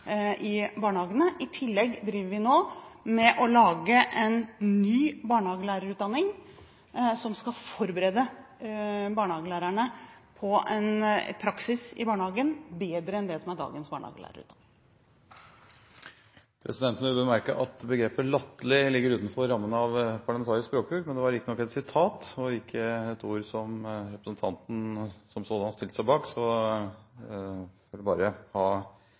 i barnehagene. I tillegg lager vi nå en ny barnehagelærerutdanning som skal være bedre enn dagens barnehagelærerutdanning, og som skal forberede barnehagelærerne på en praksis i barnehagene. Presidenten vil bemerke at begrepet «latterlig» ligger utenfor rammen av parlamentarisk språkbruk. Det var riktignok et sitat – ikke et ord som representanten som sådan stilte seg bak – men presidenten vil bare ha